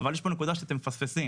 אבל יש פה נקודה שאתם מפספסים,